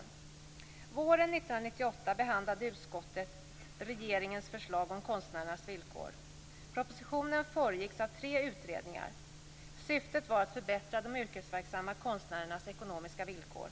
Våren 1998 behandlade utskottet regeringens förslag om konstnärernas villkor. Propositionen föregicks av tre utredningar. Syftet var att förbättra de yrkesverksamma konstnärernas ekonomiska villkor.